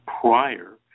prior